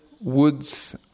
Woods